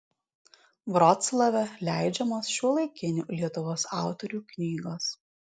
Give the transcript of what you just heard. vroclave leidžiamos šiuolaikinių lietuvos autorių knygos